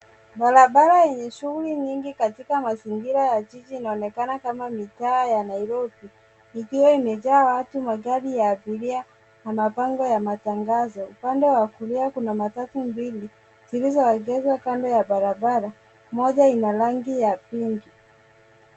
Barabara yenye shughuli nyingi katika mazingira ya jiji inaonekana kama mitaa ya Nairobi, ikiwa imejaa watu, magari ya abiria na mabango ya matangazo. Upande wa kulia kuna matatu mbili zilizoegeshwa kando ya barabara. Moja ina rang ya pink .